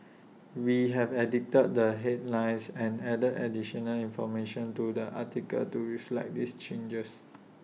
we have edited the headlines and added additional information to the article to reflect these changes